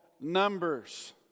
numbers